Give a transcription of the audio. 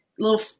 little